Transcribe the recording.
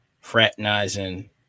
fraternizing